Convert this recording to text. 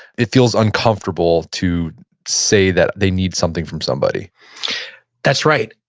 it feels uncomfortable to say that they need something from somebody that's right.